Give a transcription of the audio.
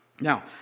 Now